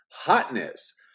Hotness